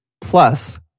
Plus